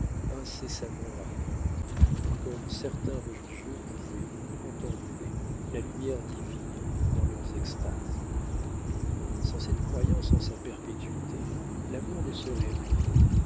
incessamment ardente comme certains religieux pouvaient contempler la lumière divine dans leurs extases sans cette croyance en sa perpétuité l'amour ne serait rien